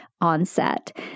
onset